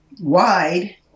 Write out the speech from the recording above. wide